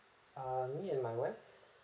ah me and my wife